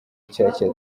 nshyashya